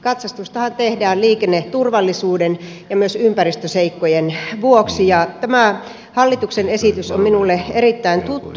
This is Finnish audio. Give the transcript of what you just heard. katsastustahan tehdään liikenneturvallisuuden ja myös ympäristöseikkojen vuoksi ja tämä hallituksen esitys on minulle erittäin tuttu